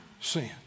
sin